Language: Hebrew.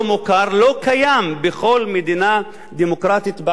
לא קיים בכל מדינה דמוקרטית בעולם הזה.